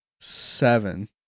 Seven